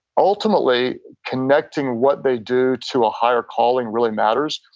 ultimately, connecting what they do to a higher calling really matters.